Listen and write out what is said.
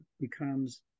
becomes